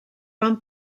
van